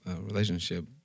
relationship